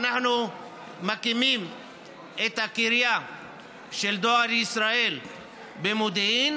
אנו מקימים את הקריה של דואר ישראל במודיעין.